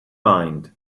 mind